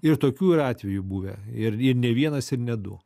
ir tokių yra atvejų buvę ir ir ne vienas ir ne du